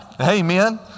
Amen